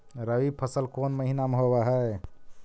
रबी फसल कोन महिना में होब हई?